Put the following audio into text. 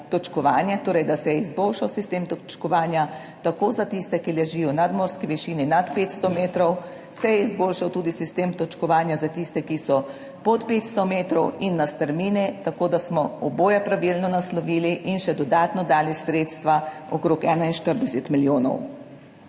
torej, da se je izboljšal sistem točkovanja tako za tiste, ki ležijo na nadmorski višini nad 500 metrov, se je izboljšal tudi sistem točkovanja za tiste, ki so pod 500 metrov in na strmini, tako da smo oboje pravilno naslovili in še dodatno dali sredstva okrog 41 milijonov.